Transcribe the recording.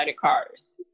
cars